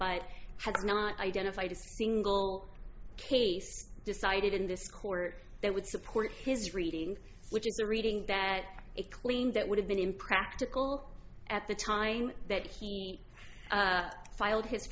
by had not identified a single case decided in this court that would support his reading which is the reading that it clean that would have been impractical at the time that he filed hi